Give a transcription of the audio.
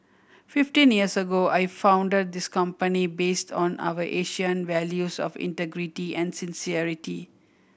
fifteen years ago I founded this company based on our Asian values of integrity and sincerity